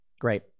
Great